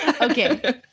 Okay